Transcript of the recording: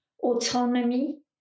autonomy